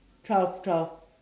cough cough